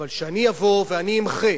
אבל כשאני אבוא ואני אמחה